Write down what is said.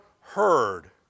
heard